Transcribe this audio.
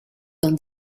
dans